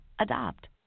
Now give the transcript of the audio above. Adopt